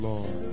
Lord